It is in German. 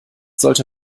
sollte